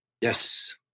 Yes